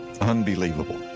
Unbelievable